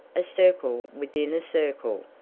a circle within a circle,